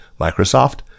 Microsoft